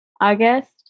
August